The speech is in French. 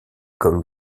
comme